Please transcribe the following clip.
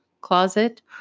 closet